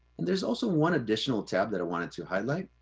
and there's also one additional tab that i wanted to highlight.